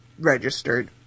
registered